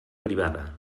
privada